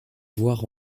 voir